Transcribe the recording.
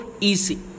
easy